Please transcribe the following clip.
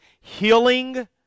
healing